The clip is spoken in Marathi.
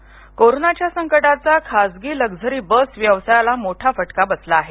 खाजगी बस कोरोनाच्या संकटाचा खासगी लक्झरी बस व्यवसायाला मोठा फटका बसला आहे